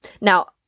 Now